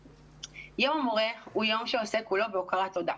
יום המורה הוא יום שעוסק כולו בהוקרת תודה.